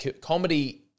comedy